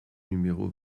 numéro